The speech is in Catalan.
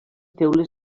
teules